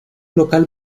local